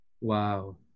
Wow